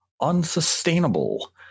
unsustainable